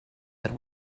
that